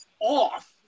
off